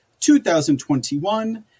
2021